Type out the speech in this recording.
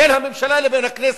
בין הממשלה לבין הכנסת.